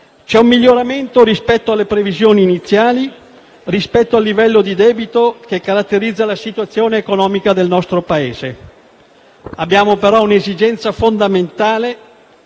c'è un miglioramento rispetto alle previsioni iniziali e al livello di debito che caratterizza la situazione economica del nostro Paese. Abbiamo però l'esigenza fondamentale